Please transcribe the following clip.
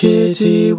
Kitty